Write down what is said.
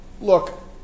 look